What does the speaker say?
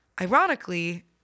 ironically